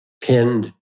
pinned